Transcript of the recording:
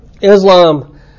Islam